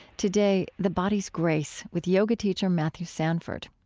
today, the body's grace, with yoga teacher matthew sanford